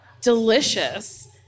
delicious